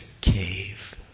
cave